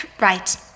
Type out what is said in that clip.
right